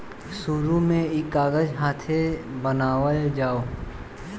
शुरु में ई कागज हाथे बनावल जाओ